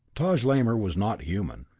taj lamor was not human.